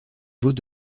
vaut